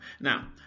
now